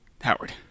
Howard